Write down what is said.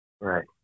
Right